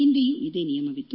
ಹಿಂದೆಯೂ ಇದೇ ನಿಯಮವಿತ್ತು